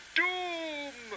doom